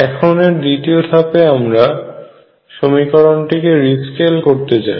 এখন এর দ্বিতীয় ধাপে আমরা সমীকরণটিকে রিস্কেল করতে চাই